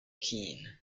keane